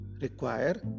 require